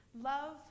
Love